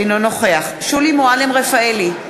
אינו נוכח שולי מועלם-רפאלי,